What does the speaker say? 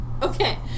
Okay